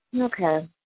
Okay